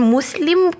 Muslim